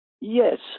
Yes